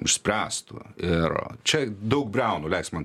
išspręstų ir čia daug briaunų leisk man